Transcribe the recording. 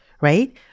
right